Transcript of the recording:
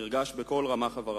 נרגש בכל רמ"ח איברי,